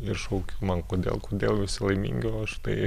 ir šaukiu man kodėl kodėl visi laimingi o aš tai